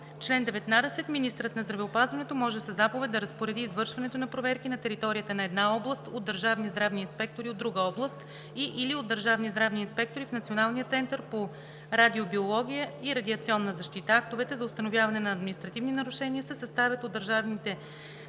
Чл. 19. Министърът на здравеопазването може със заповед да разпореди извършването на проверки на територията на една област от държавни здравни инспектори от друга област и/или от държавни здравни инспектори в Националния център по радиобиология и радиационна защита. Актовете за установяване на административни нарушения се съставят от държавните здравни инспектори,